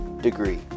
Degree